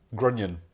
grunion